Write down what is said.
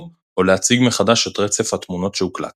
או להציג מחדש את רצף התמונות שהוקלט.